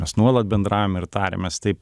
mes nuolat bendraujame ir tariamės taip